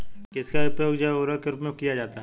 किसका उपयोग जैव उर्वरक के रूप में किया जाता है?